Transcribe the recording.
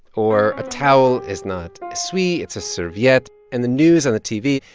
or a towel is not essuie it's a serviette. and the news on the tv,